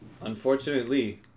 unfortunately